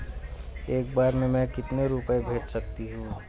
एक बार में मैं कितने रुपये भेज सकती हूँ?